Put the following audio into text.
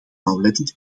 nauwlettend